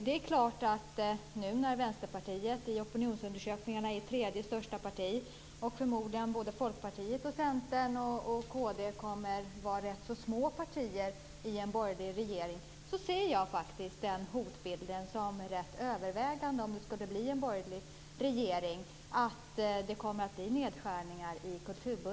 Nu när Vänsterpartiet i opinionsundersökningarna är tredje största parti och förmodligen både Folkpartiet, Centern och Kristdemokraterna kommer att vara ganska små partier i en borgerlig regering, ser jag faktiskt hotet som rätt så överhängande att det blir nedskärningar i kulturbudgeten om det skulle bli en borgerlig regering.